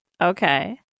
Okay